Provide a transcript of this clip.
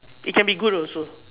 it can be good also